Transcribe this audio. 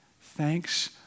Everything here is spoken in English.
Thanks